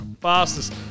fastest